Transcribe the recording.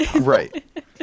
right